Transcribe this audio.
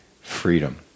freedom